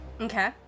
Okay